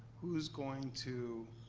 who's going to